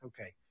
Okay